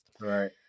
Right